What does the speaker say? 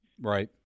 Right